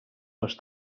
les